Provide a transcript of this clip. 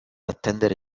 attendere